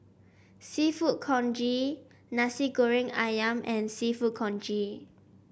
seafood congee Nasi Goreng ayam and seafood congee